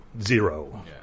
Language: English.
zero